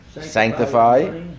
sanctify